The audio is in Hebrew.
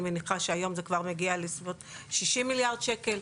ואני מניחה שהיום זה כבר מגיע לסביבות 60 מיליארד שקל.